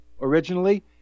originally